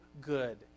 good